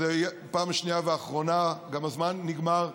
זה פעם שנייה ואחרונה, גם הזמן נגמר.